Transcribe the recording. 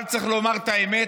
אבל צריך לומר את האמת,